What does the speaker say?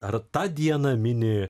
ar tą dieną mini